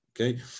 okay